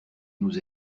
nous